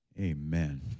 amen